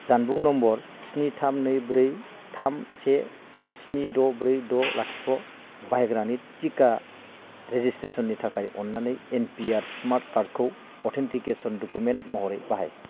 जानबुं नम्बर स्नि थाम नै ब्रै थाम से स्नि द' ब्रै द' लाथिख' बाहायग्रानि टिका रेजिसट्रेसननि थाखाय अन्नानै एन पि आर स्मार्ट कार्डखौ अथेन्टिकेसन डकुमेन्ट महरै बाहाय